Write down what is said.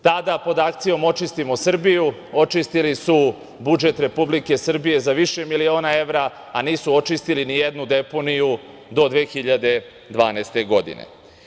Tada pod akcijom „Očistimo Srbiju“ očistili su budžet Republike Srbije za više miliona evra, a nisu očistili ni jednu deponiju do 2012. godine.